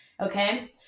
okay